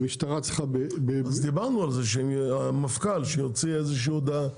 המשטרה צריכה --- אז דיברנו על זה שהמפכ"ל יוציא הודעה.